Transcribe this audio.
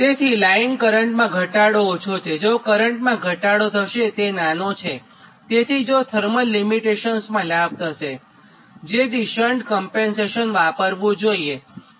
તેથી લાઇન કરંટમાં ઘટાડો ઓછો છે જો કરંટમાં ઘટાડો થશે તે નાનો છે તેથી જો થર્મલ લિમિટેશન્સ માં લાભ થશેજેથી શન્ટ કમ્પેન્સેશન વાપરવું જોઈએ